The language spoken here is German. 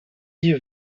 die